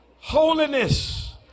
Holiness